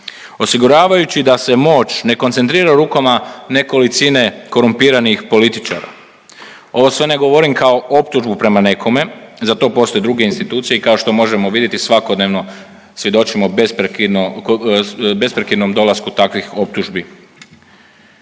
osiguravajući da se moć ne koncentrira rukama nekolicine korumpiranih političara. Ovo sve ne govorim kao optužbu prema nekome, za to postoje druge institucije i kao što možemo vidjeti svakodnevno svjedočimo besprekidnom dolasku takvih optužbi.